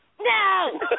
no